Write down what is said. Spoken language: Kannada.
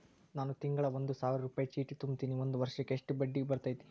ನಾನು ತಿಂಗಳಾ ಒಂದು ಸಾವಿರ ರೂಪಾಯಿ ಚೇಟಿ ತುಂಬತೇನಿ ಒಂದ್ ವರ್ಷಕ್ ಎಷ್ಟ ಬಡ್ಡಿ ಬರತೈತಿ?